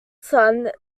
son